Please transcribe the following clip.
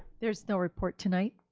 there's no report tonight.